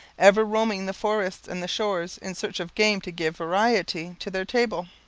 ever roaming the forest and the shores in search of game to give variety to their table.